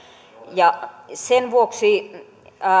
ja sen vuoksi